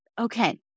Okay